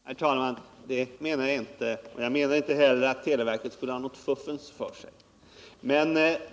Herr talman! Nej, det menar jag inte. Jag menar inte heller att televerket skulle ha något fuffens för sig.